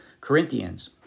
Corinthians